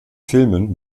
filmen